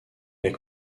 est